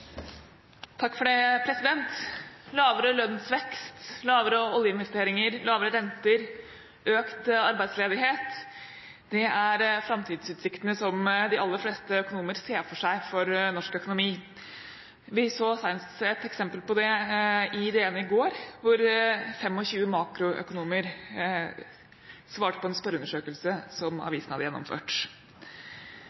framtidsutsiktene som de aller fleste økonomer ser for seg for norsk økonomi. Vi så senest et eksempel på det i DN i går, hvor 25 makroøkonomer svarte på en spørreundersøkelse som avisen hadde gjennomført.